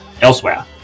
Elsewhere